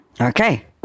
Okay